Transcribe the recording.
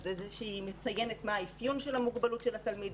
על-ידי כך שהיא מציינת מה האפיון של המוגבלות של התלמיד,